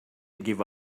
give